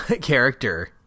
character